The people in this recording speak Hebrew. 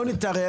לא נתערב.